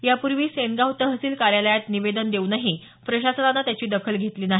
यापूर्वी सेनगाव तहसील कार्यालयात निवेदन देऊनही प्रशासनानं त्याची दखल घेतली नाही